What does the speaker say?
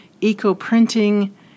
eco-printing